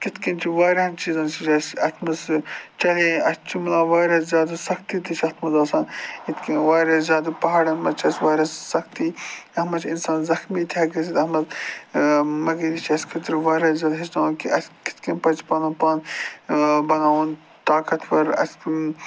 کِتھ کٔنۍ چھِ واریاہَن چیٖزَن سۭتۍ اَسہِ اَتھ منٛز سُہ چاہے اَسہِ چُھ مِلان واریاہ زیادٕ سختی تہِ چھِ اَتھ منٛز آسان یِتھ کٔنۍ واریاہ زیادٕ پہاڑَن منٛز چھِ اسہِ واریاہ سختی اَتھ منٛز چھِ اِنسان زخمی تہِ ہٮ۪کہِ گٔژھِتھ اَتھ منٛز مگر یہِ چھِ اَسہِ خٲطرٕ واریاہ زیادٕ ہیٚچھناوان کہِ اَسہِ کِتھ کٔنۍ پَزِ پَنُن پان بناوُن طاقَتوَر اَسہِ